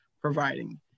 providing